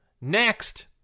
Next